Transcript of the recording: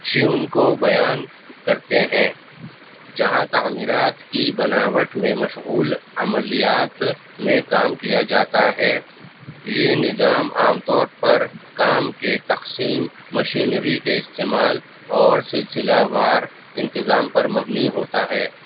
shaven کو بیان کرتے ہیں جہاں تعمیرات کی بناوٹ میں مشغول عملیات میں کام کیا جاتا ہے یہ نظام عام طور پر کام کے تقسیم مشینری کے استعمال اور سلسلہ وار انتظام پر مبنی ہوتا ہے